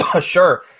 Sure